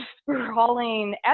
sprawling